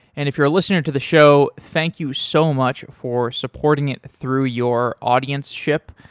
and if you're listening to the show, thank you so much for supporting it through your audienceship.